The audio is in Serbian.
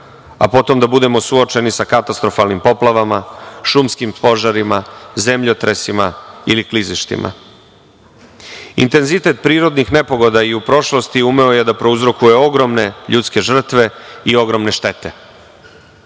a potom da budemo suočeni sa katastrofalnim poplavama, šumskim požarima, zemljotresima ili klizištima. Intenzitet prirodnih nepogoda i u prošlosti umeo je da prouzrokuje ogromne ljudske žrtve i ogromne štete.